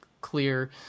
clear